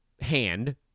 hand